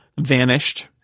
vanished